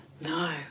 no